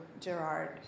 Gerard